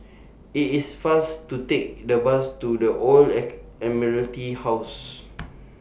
IT IS faster to Take The Bus to The Old ache Admiralty House